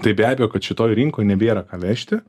tai be abejo kad šitoj rinkoj nebėra ką vežti